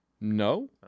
No